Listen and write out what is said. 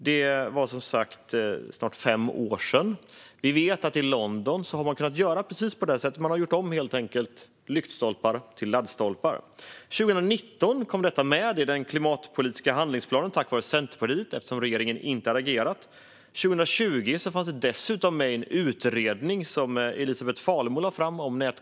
Det var som sagt snart fem år sedan. Vi vet att man har kunnat göra precis på det sättet i London, där man helt enkelt har gjort om lyktstolpar till laddstolpar. År 2019 kom detta med i den klimatpolitiska handlingsplanen, tack vare Centerpartiet, eftersom regeringen inte hade agerat. År 2020 fanns det dessutom med i en utredning om nätkoncession, som Elisabet Falemo lade fram.